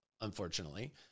unfortunately